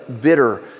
bitter